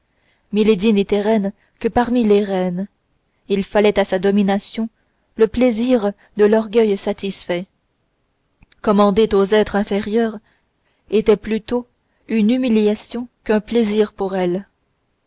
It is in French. n'était reine que parmi les reines il fallait à sa domination le plaisir de l'orgueil satisfait commander aux êtres inférieurs était plutôt une humiliation qu'un plaisir pour elle